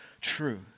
true